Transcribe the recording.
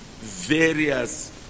various